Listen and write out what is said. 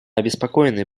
обеспокоены